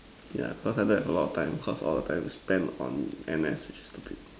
yeah because I don't have a lot of time because all the time is spent on N_S which is stupid